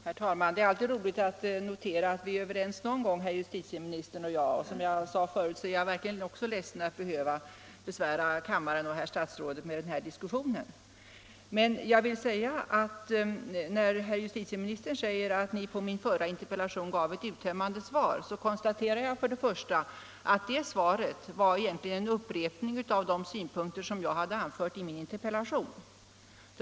Herr talman! Det är alltid roligt att notera att justitieministern och jag någon gång är överens, och som jag sade tidigare är jag verkligen ledsen över att besvära kammaren och herr statsrådet med denna diskussion. Med anledning av att justitieministern säger att han på min förra interpellation gav ett uttömmande svar vill jag dock för det första konstatera att svaret egentligen var en upprepning av de synpunkter jag hade anfört i min interpellation.